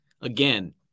Again